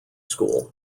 school